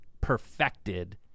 perfected